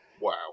Wow